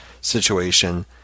situation